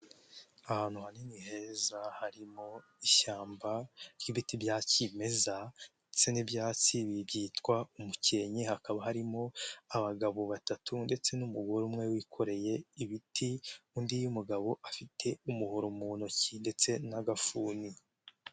Ahantu hanini heza harimo ishyamba ry'ibiti bya kimeza ndetse n'ibyatsi byitwa umukenke, hakaba harimo abagabo batatu ndetse n'umugore umwe wikoreye ibiti, undi iyo mugabo afite umuhoro mu ntoki ndetse n'agafuni.